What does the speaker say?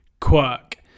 quirk